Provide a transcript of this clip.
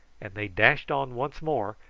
and they dashed on once more,